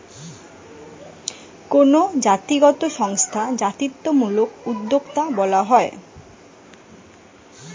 কোনো জাতিগত সংস্থা জাতিত্বমূলক উদ্যোক্তা বলা হয়